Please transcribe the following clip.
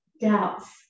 doubts